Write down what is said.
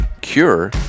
Cure